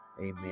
Amen